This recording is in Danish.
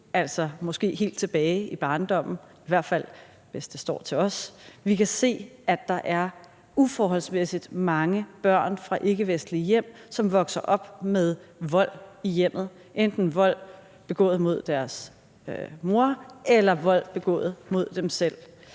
altså måske helt tilbage i barndommen, i hvert fald hvis det står til os. Vi kan se, at der er uforholdsmæssig mange børn fra ikkevestlige hjem, som vokser op med vold i hjemmet, enten vold begået mod deres mor eller vold begået mod dem selv.